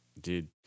dude